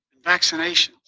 vaccinations